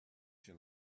she